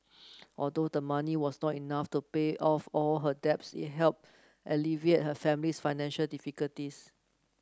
although the money was not enough to pay off all her debts it helped alleviate her family's financial difficulties